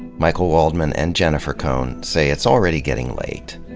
michael waldman and jennifer cohn say it's already getting late.